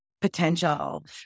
potential